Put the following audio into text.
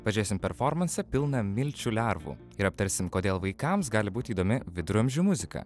pažiūrėsim performansą pilną milčių lervų ir aptarsim kodėl vaikams gali būti įdomi viduramžių muzika